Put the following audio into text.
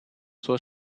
zur